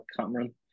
Cameron